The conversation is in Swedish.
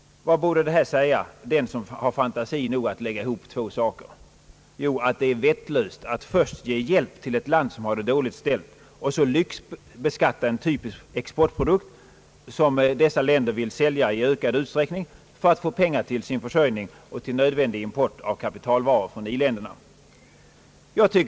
Vad borde detta säga den som har fantasi nog att kombinera två saker? Jo, att det är vettlöst att först ge hjälp till ett land som har det dåligt ställt och så lyxbeskatta en typisk exportprodukt, som dessa länder vill sälja i ökad utsträckning för att få pengar till sin försörjning och till nödvändig import av kapitalvaror från i-länderna.